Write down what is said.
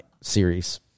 series